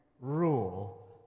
rule